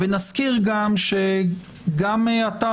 נזכיר שגם עתה,